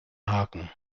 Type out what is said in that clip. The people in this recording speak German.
haken